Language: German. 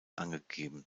angegeben